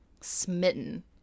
smitten